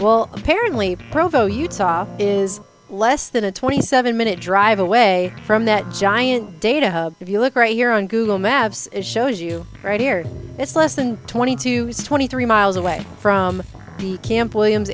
well apparently provo utah is less than a twenty seven minute drive away from that giant data if you look right here on google maps it shows you right here it's less than twenty to twenty three miles away from the camp williams